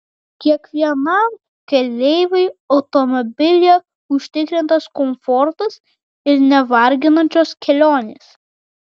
kiekvienam keleiviui automobilyje užtikrintas komfortas ir nevarginančios kelionės